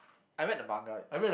I read the manga it's